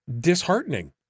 disheartening